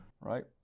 right